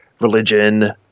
religion